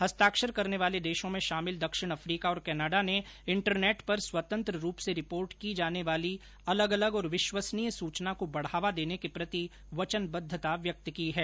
हस्ताक्षर करने वाले देशों में शामिल दक्षिण अफ्रीका और कनाडा ने इंटरनेट पर स्वतंत्र रूप से रिपोर्ट की जाने वाली अलग अलग और विश्वसनीय सूचना को बढ़ावा देने के प्रति वचनबद्वता व्यक्त की है